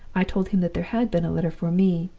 i told him that there had been a letter for me,